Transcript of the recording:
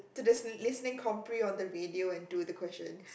to the listening compre on the radio and do the question